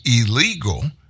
illegal